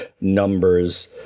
numbers